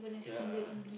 ya